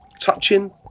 touching